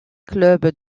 club